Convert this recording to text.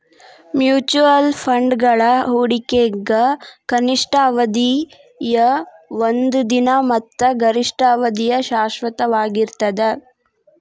mutual ಫಂಡ್ಗಳ ಹೂಡಿಕೆಗ ಕನಿಷ್ಠ ಅವಧಿಯ ಒಂದ ದಿನ ಮತ್ತ ಗರಿಷ್ಠ ಅವಧಿಯ ಶಾಶ್ವತವಾಗಿರ್ತದ